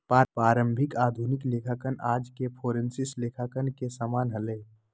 प्रारंभिक आधुनिक लेखांकन आज के फोरेंसिक लेखांकन के समान हलय